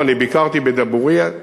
אני ביקרתי בדבורייה.